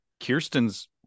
Kirsten's